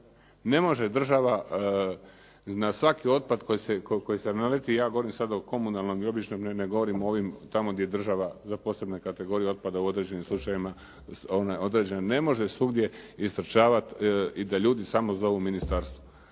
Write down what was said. Ne može država na svaki otpad na koji se naleti, ja govorim sad o komunalnom i običnom, ne govorim o ovim tamo gdje država za posebne kategorije otpada u određenim slučajevima ne može svugdje istrčavat i da ljudi samo zovu ministarstvo.